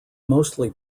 mostly